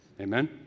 Amen